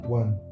one